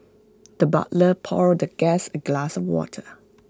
the butler poured the guest A glass of water